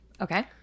Okay